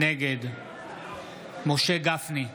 נגד משה גפני,